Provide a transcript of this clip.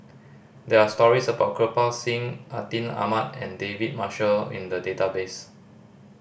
there are stories about Kirpal Singh Atin Amat and David Marshall in the database